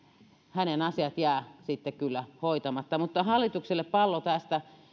hänen asiat jäävät sitten kyllä hoitamatta mutta hallitukselle pallo tästä